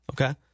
Okay